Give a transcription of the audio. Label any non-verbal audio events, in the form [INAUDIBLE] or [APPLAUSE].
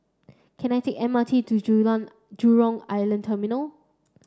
can I take M R T to [UNINTELLIGIBLE] Jurong Island Terminal